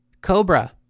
Cobra